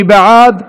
מי בעד?